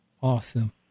Awesome